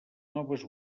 noves